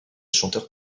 chanteurs